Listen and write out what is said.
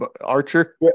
archer